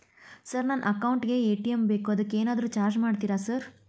Sir ನನ್ನ account ಗೇ ATM ಬೇಕು ಅದಕ್ಕ ಏನಾದ್ರು ಚಾರ್ಜ್ ಮಾಡ್ತೇರಾ ಸರ್?